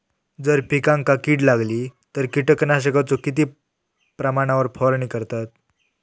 जर पिकांका कीड लागली तर कीटकनाशकाचो किती प्रमाणावर फवारणी करतत?